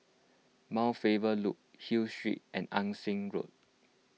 Mount Faber Loop Hill Street and Ann Siang Road